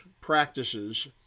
practices